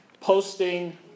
posting